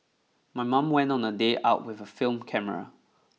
my mom went on a day out with a film camera